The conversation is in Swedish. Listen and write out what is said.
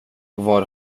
var